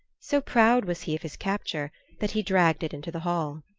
so proud was he of his capture that he dragged it into the hall.